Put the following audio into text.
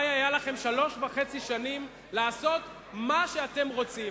הרי היו לכם שלוש וחצי שנים לעשות מה שאתם רוצים.